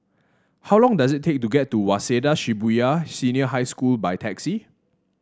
how long does it take to get to Waseda Shibuya Senior High School by taxi